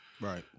Right